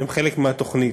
הם חלק מהתוכנית.